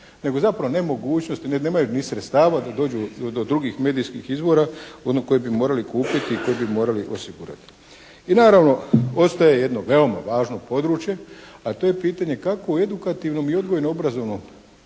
nego zapravo nemogućnosti, nemaju ni sredstava da dođu do drugih medijskih izvora koje bi morali kupiti i koje bi morali osigurati. I naravno, ostaje jedno veoma važno područje, a to je pitanje kako u edukativnom i odgojno-obrazovnom